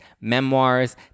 memoirs